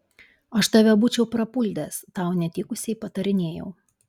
aš tave būčiau prapuldęs tau netikusiai patarinėjau